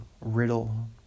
riddle